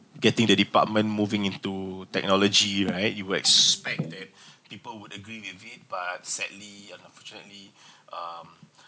getting the department moving into technology right you would expect that people would agree with it but sadly you're unfortunately um